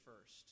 first